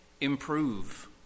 improve